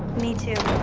me too.